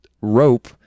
rope